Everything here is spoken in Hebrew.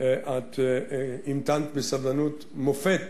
את המתנת בסבלנות מופת